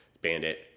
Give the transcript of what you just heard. Bandit